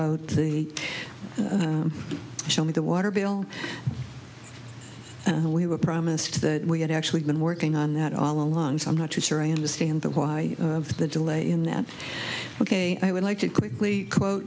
vote the show me the water bill and we were promised that we had actually been working on that all along so i'm not too sure i understand the why of the delay in that ok i would like to quickly